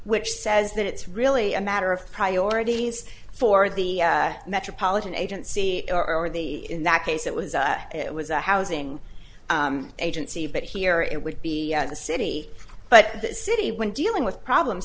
which says that it's really a matter of priorities for the metropolitan agency or the in that case it was it was a housing agency but here it would be the city but the city when dealing with problems